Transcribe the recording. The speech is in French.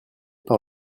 par